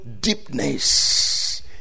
deepness